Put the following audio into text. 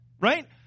Right